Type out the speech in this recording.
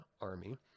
army